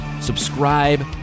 subscribe